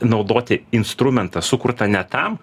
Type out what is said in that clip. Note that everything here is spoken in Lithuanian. naudoti instrumentą sukurtą ne tam